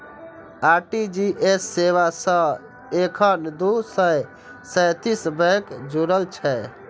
RTGS सेवा सं एखन दू सय सैंतीस बैंक जुड़ल छै